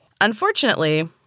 Unfortunately